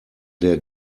der